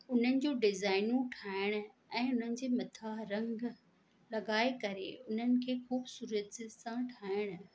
उन्हनि जो डिजाईनूं ठाहिण ऐं उन्हनि जे मथां रंग लॻाए करे उन्हनि खे ख़ूबसुरत सिरे सां ठाहिणु